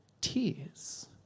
tears